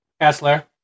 Kessler